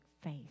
faith